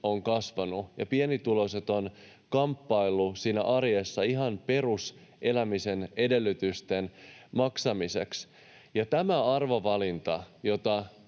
ovat kasvaneet ja pienituloiset ovat kamppailleet siinä arjessa ihan peruselämisen edellytysten maksamiseksi. Tämä arvovalinta, jota